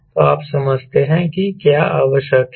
तो आप समझते हैं कि क्या आवश्यक है